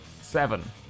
Seven